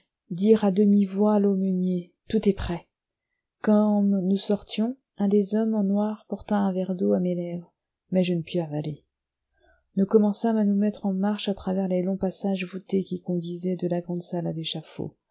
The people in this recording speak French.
dire à demi-voix à l'aumônier tout est prêt comme nous sortions un des hommes en noir porta un verre d'eau à mes lèvres mais je ne pus avaler nous commençâmes à nous mettre en marche à travers les longs passages voûtés qui conduisaient de la grande salle à